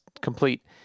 complete